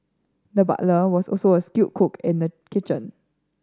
the butler was also a skilled cook in the kitchen